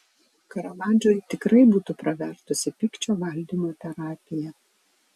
karavadžui tikrai būtų pravertusi pykčio valdymo terapija